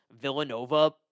Villanova